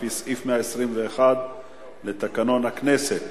לפי סעיף 121 לתקנון הכנסת,